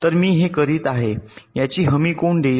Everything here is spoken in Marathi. तर मी हे करीत आहे याची हमी कोण देईल